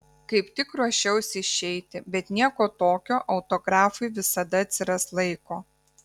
kaip tik ruošiausi išeiti bet nieko tokio autografui visada atsiras laiko